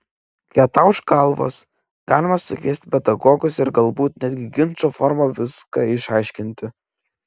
kai atauš galvos galima sukviesti pedagogus ir galbūt netgi ginčo forma viską išsiaiškinti